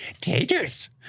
taters